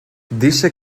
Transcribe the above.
dice